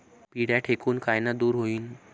पिढ्या ढेकूण कायनं दूर होईन?